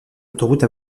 autoroute